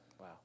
Wow